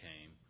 came